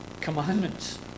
commandments